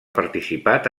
participat